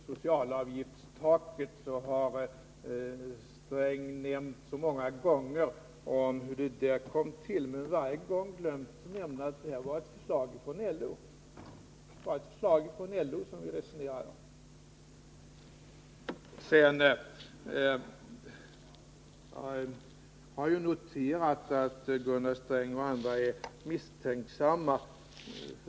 Socialavgiftstaket har herr Sträng nämnt många gånger och talat om hur det kom till. Men varje gång glömmer herr Sträng nämna att det var ett förslag från LO som vi resonerade om. Sedan har jag noterat att Gunnar Sträng och andra socialdemokrater är misstänksamma.